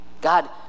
God